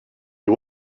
you